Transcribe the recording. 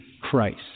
Christ